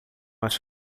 acho